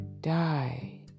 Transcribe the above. die